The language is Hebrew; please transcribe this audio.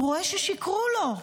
הוא רואה ששיקרו לו.